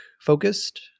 focused